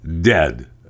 dead